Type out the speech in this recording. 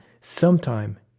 sometime